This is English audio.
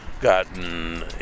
gotten